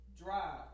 Drive